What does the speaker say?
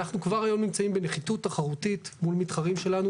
אנחנו כבר היום נמצאים בנחיתות תחרותית מול מתחרים שלנו.